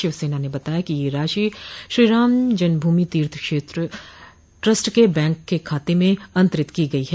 शिवसेना ने बताया कि यह राशि श्री राम जन्मभूमि तीर्थ क्षेत्र ट्रस्ट के बैंक खाते में अंतरित की गई है